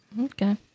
Okay